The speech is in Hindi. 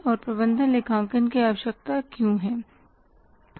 और प्रबंधन लेखांकन की आवश्यकता क्यों है